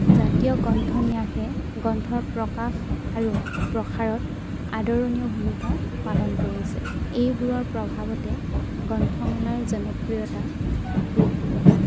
জাতীয় গ্ৰন্থ ন্যাসে গ্ৰন্থৰ প্ৰকাশ আৰু প্ৰসাৰত আদৰণীয় ভূমিকা পালন কৰিছে এইবোৰৰ প্ৰভাৱতে গ্ৰন্থমেলাৰ জনপ্ৰিয়তা বৃদ্ধি পাইছে